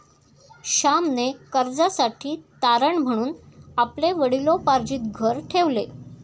श्यामने कर्जासाठी तारण म्हणून आपले वडिलोपार्जित घर ठेवले